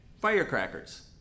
Firecrackers